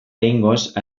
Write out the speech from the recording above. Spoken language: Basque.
behingoz